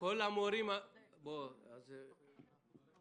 כנראה לא